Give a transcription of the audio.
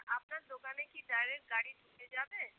আপনার দোকানে কি ডাইরেক্ট গাড়ি ঢুকে যাবে